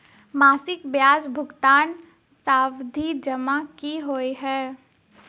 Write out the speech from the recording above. मासिक ब्याज भुगतान सावधि जमा की होइ है?